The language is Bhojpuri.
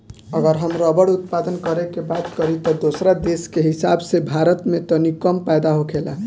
अगर हम रबड़ उत्पादन करे के बात करी त दोसरा देश के हिसाब से भारत में तनी कम पैदा होखेला